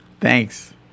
thanks